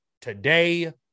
today